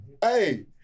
Hey